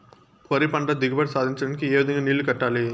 వరి పంట దిగుబడి సాధించడానికి, ఏ విధంగా నీళ్లు కట్టాలి?